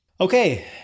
Okay